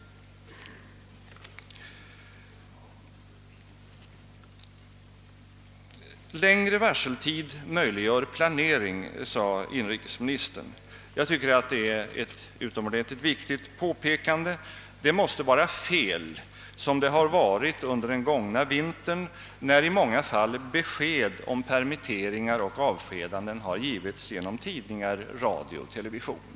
Längre varseltid möjliggör planering, sade inrikesministern. Jag tycker att detta är ett mycket viktigt påpekande. Det måste vara fel när det som under den gångna vintern har hänt att besked om permitteringar och avskedanden i många fall har givits genom tidningar, radio och television.